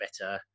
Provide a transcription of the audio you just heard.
better